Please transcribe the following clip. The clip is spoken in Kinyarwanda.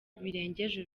birengeje